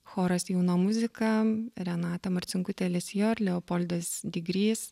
choras jauna muzika renata marcinkutė lesjor leopoldas digrys